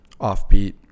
offbeat